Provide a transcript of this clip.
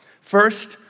First